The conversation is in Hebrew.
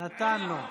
נתן לו.